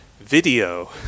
video